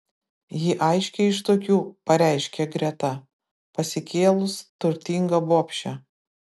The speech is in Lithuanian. ji aiškiai iš tokių pareiškė greta pasikėlus turtinga bobšė